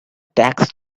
tax